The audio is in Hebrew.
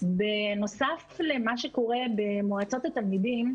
בנוסף למה שקורה במועצות התלמידים,